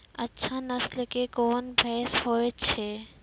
अच्छा नस्ल के कोन भैंस होय छै?